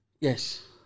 yes